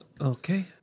Okay